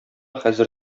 хәзер